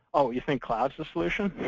oh, you think cloud's the solution?